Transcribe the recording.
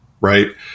right